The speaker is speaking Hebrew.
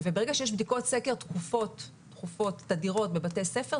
ברגע שיש בדיקות סקר תכופות ותדירות בבתי הספר,